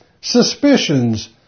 suspicions